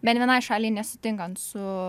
bent vienai šaliai nesutinkant su